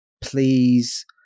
please